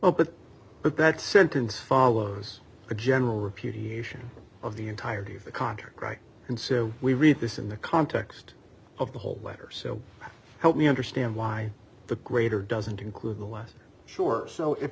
opened but that sentence follows a general repudiation of the entirety of the contract right and so we read this in the context of the whole letter so help me understand why the greater doesn't include the less sure so if